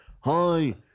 hi